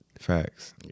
Facts